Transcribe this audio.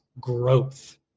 growth